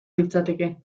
litzateke